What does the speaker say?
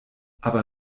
aber